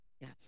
Yes